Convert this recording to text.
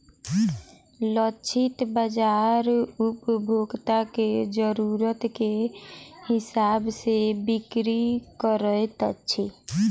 लक्षित बाजार उपभोक्ता के जरुरत के हिसाब सॅ बिक्री करैत अछि